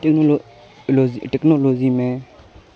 technology technology میں